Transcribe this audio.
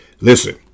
listen